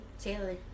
Taylor